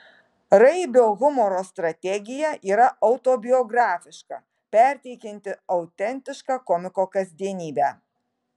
raibio humoro strategija yra autobiografiška perteikianti autentišką komiko kasdienybę